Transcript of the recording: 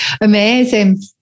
amazing